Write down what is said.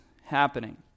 happening